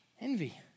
Envy